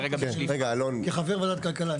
כרגע --- כחבר ועדת כלכלה,